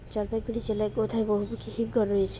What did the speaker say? জলপাইগুড়ি জেলায় কোথায় বহুমুখী হিমঘর রয়েছে?